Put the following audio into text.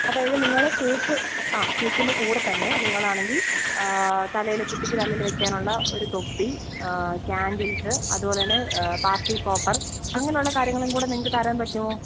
അതായത് നിങ്ങൾ കേക്ക് ആ കേക്കിൻ്റെ കൂടെ തന്നെ നിങ്ങൾ ആണെങ്കിൽ തലയിൽ കുട്ടിക്ക് തലയിൽ വയ്ക്കാനുള്ള ഒരു തൊപ്പി കാൻഡിൽസ് അതുപോലെ തന്നെ പാർട്ടി പോപ്പർ അങ്ങനെയുള്ള കാര്യങ്ങളും കൂടെ നിങ്ങൾക്ക് തരാൻ പറ്റുമോ